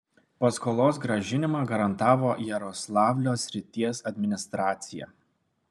paskolos grąžinimą garantavo jaroslavlio srities administracija